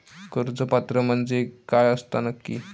कर्ज पात्र म्हणजे काय असता नक्की?